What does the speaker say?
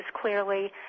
clearly